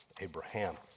Abraham